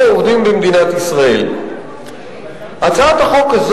הוועדה הייעודית היא חוקה,